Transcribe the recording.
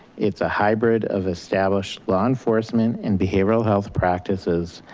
it's a hybrid of establish law enforcement and behavioral health practices,